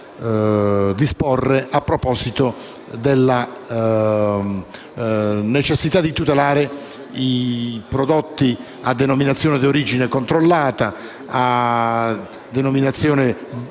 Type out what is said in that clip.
interprete della necessità di tutelare i prodotti a denominazione di origine controllata, a denominazione di